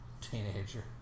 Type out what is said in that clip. Teenager